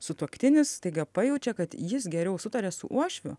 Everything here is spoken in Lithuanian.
sutuoktinis staiga pajaučia kad jis geriau sutaria su uošviu